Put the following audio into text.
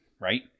right